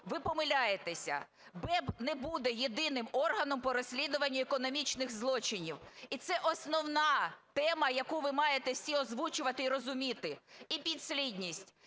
ви помиляєтеся, БЕБ не буде єдиним органом по розслідуванню економічних злочинів, і це основна тема, яку ви маєте всі озвучувати і розуміти. І підслідність,